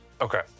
Okay